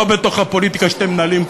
לא בתוך הפוליטיקה שאתם מנהלים,